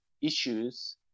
issues